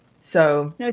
So-